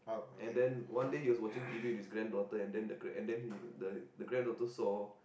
and then one day he was watching t_v with his granddaughter and then the grand~ the granddaughter saw